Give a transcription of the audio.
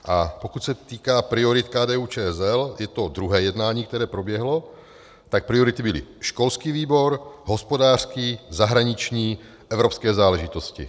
A pokud se týká priorit KDUČSL, je to druhé jednání, které proběhlo, tak priority byly: školský výbor, hospodářský, zahraniční, evropské záležitosti.